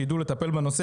נושא השקעות מחו"ל,